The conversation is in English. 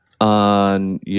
on